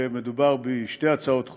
מדובר בשתי הצעות חוק.